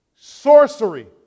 Sorcery